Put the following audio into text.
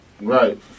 Right